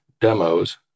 demos